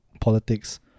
politics